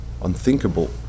unthinkable